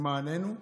למעננו,